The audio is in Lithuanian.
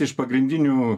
iš pagrindinių